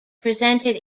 presented